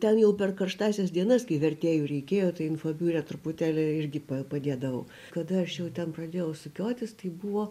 ten jau per karštąsias dienas kai vertėjų reikėjo tai info biure truputėlį irgi padėdavau kada aš jau ten pradėjau sukiotis tai buvo